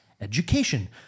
Education